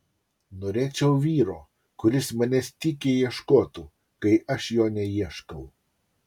norėčiau vyro kuris manęs tykiai ieškotų kai aš jo neieškau